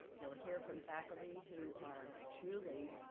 you'll hear from faculty who are truly,